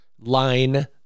line